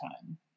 time